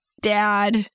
dad